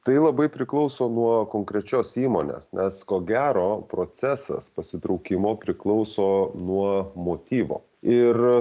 tai labai priklauso nuo konkrečios įmonės nes ko gero procesas pasitraukimo priklauso nuo motyvo ir